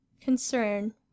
Concern